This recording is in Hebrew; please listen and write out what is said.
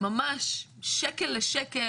ממש לשקל לשקל.